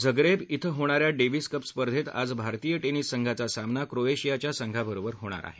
Zagreb इथं होणाऱ्या Davis cup स्पर्धेत आज भारतीय टेनिस संघाचा सामना क्रोएशियाच्या संघाबरोबर होणार आहे